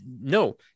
no